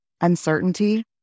uncertainty